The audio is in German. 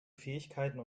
fähigkeiten